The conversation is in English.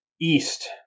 east